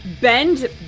bend